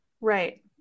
Right